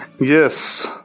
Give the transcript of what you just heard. Yes